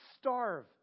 starve